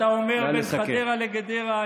אתה אומר בין חדרה לגדרה,